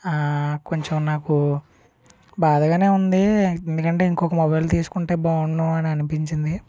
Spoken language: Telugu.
కొంచెం నాకు బాధగానే ఉంది ఎందుకంటే ఇంకొక మొబైల్ తీసుకుంటే బాగుండు అని అనిపించింది